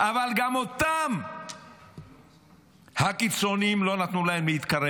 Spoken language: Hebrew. אבל גם להם הקיצונים לא נתנו להתקרב.